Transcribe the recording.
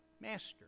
master